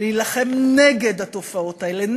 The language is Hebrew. להילחם נגד התופעות האלה,